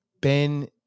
ben